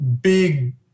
big